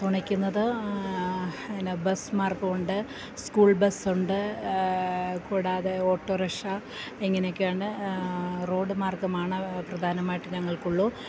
തുണയ്ക്കുന്നത് പിന്നെ ബസ് മാർഗമുണ്ട് സ്കൂൾ ബസ്സുണ്ട് കൂടാതെ ഓട്ടോ റിക്ഷ എങ്ങനെയൊക്കെയാണ് റോഡ് മാർഗ്ഗമാണ് പ്രധാനമായിട്ട് ഞങ്ങൾക്കുള്ളൂ